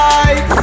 life